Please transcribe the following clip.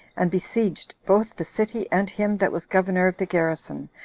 and besieged both the city and him that was governor of the garrison,